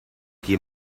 qui